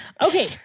Okay